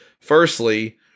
Firstly